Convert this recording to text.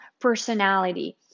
personality